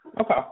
Okay